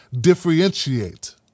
differentiate